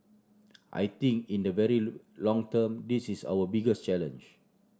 I think in the very long term this is our biggest challenge